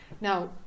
Now